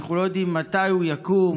שאנחנו לא יודעים מתי הוא יקום,